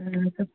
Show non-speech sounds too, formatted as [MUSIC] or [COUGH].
[UNINTELLIGIBLE]